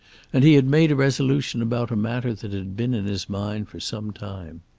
and he had made a resolution about a matter that had been in his mind for some time.